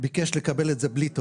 ביקש לקבל את זה בלי תור,